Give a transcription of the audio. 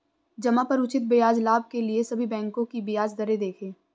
जमा पर उचित ब्याज लाभ के लिए सभी बैंकों की ब्याज दरें देखें